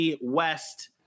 West